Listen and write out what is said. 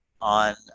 on